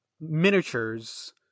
miniatures